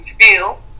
feel